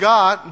God